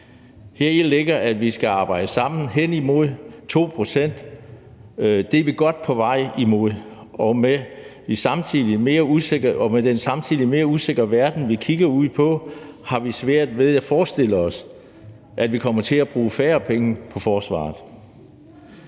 Heri ligger, at vi skal arbejde sammen hen imod en forøgelse til 2 pct. af bnp. Det er vi godt på vej imod, og med den samtidig mere usikre verden, vi kigger ud på, har vi svært ved at forestille os, at vi kommer til at bruge færre penge på forsvaret.